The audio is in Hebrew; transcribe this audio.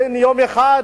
ביום אחד,